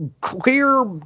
clear